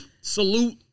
Salute